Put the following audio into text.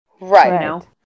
right